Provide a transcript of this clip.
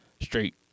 straight